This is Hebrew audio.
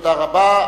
תודה רבה.